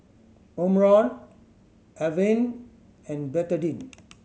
Omron Avene and Betadine